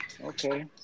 Okay